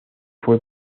fue